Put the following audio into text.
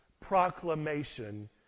proclamation